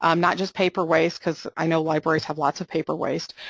um not just paper waste because i know libraries have lots of paper waste,